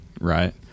right